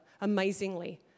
amazingly